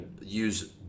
use